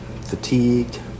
fatigued